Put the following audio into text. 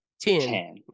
Ten